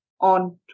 on